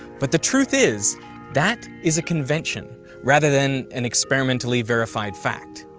but the truth is that is a convention rather than an experimentally verified fact.